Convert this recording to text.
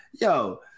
yo